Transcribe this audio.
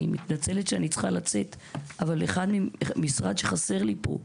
כל מיני גופים שרלוונטיים מאוד